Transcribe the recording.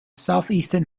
southeastern